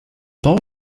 ball